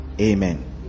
amen